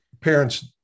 Parents